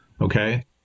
Okay